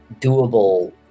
doable